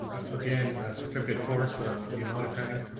again, that certificate course, ah the amount of time?